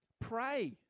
pray